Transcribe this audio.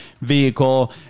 vehicle